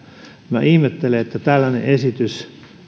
ihmettelen että tällainen esitys